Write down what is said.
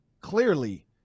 clearly